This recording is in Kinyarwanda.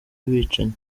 bicanyi